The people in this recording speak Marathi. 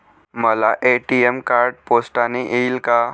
मला ए.टी.एम कार्ड पोस्टाने येईल का?